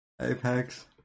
Apex